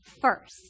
first